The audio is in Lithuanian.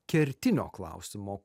kertinio klausimo